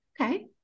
Okay